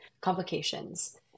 complications